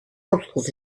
models